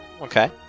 Okay